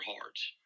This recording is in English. hearts